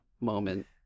moment